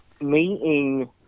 meeting